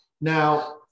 Now